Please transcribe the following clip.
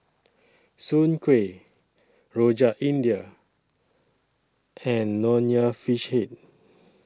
Soon Kuih Rojak India and Nonya Fish Head